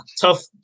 tough